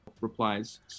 Replies